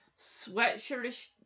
sweatshirtish